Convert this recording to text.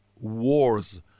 wars